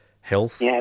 health